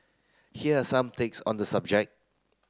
here are some takes on the subject